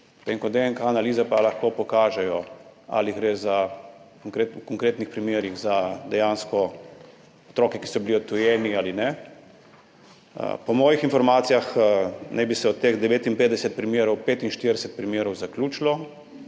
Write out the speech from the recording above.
ko DNK analize pa lahko pokažejo, ali gre v konkretnih primerih dejansko za otroke, ki so bili odtujeni ali ne. Po mojih informacijah, naj bi se od teh 59 primerov, 45 primerov zaključilo.